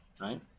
right